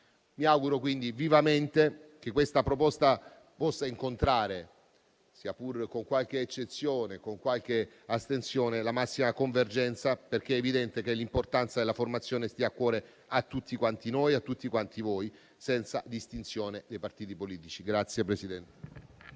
Mi auguro quindi vivamente che questa proposta possa incontrare, sia pur con qualche eccezione e con qualche astensione, la massima convergenza, perché è evidente che l'importanza della formazione stia a cuore a tutti noi, senza distinzione di appartenenza politica.